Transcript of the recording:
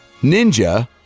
Ninja